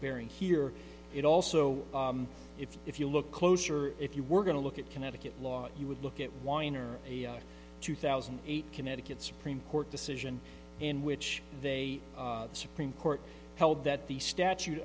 bearing here it also if if you look closer if you were going to look at connecticut law you would look at weiner a two thousand and eight connecticut supreme court decision in which they the supreme court held that the statute